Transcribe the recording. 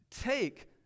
take